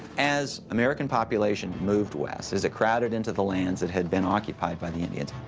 as american population moved west, as it crowded into the lands that had been occupied by the indians,